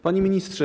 Panie Ministrze!